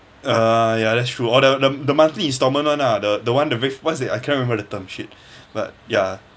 uh ya that's true orh the the the monthly installment one ah the one the what's that I can't remember the term shit but ya